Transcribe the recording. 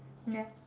ya